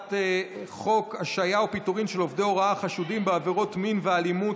הצעת חוק השעיה או פיטורין של עובדי הוראה החשודים בעבירות מין ואלימות,